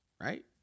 Right